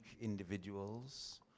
individuals